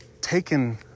taken